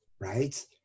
right